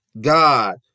God